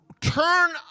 turn